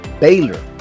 Baylor